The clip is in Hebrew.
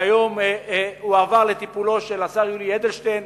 שהיום הועבר לטיפולו של השר יולי אדלשטיין,